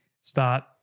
start